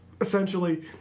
essentially